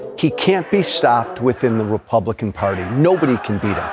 he can't be stopped within the republican party. nobody can beat him.